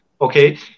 Okay